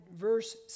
verse